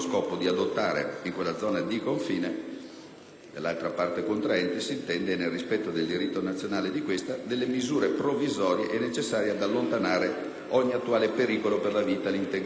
dell'altra parte contraente e nel rispetto del diritto nazionale di questa, delle misure provvisorie e necessarie ad allontanare ogni attuale pericolo per la vita e l'integrità fisica delle persone.